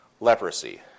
leprosy